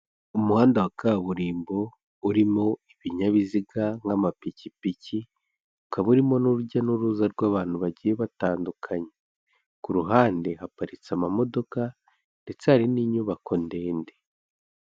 Umuhanda wa kaburimbo urimo ibinyabiziga nk'amapikipiki, ukaba urimo n'urujya n'uruza rw'abantu bagiye batandukanye, ku ruhande haparitse amamodoka ndetse hari n'inyubako ndende.